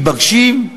מתבקשים.